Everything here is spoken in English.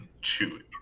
chewy